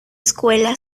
escuela